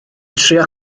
trio